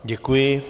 Děkuji.